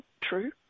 true